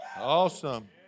Awesome